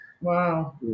Wow